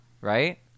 right